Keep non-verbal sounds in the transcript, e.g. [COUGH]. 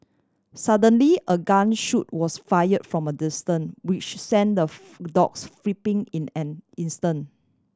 suddenly a gun shot was fire from a distance which sent the [NOISE] dogs [UNINTELLIGIBLE] in an instant